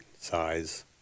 size